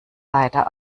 leider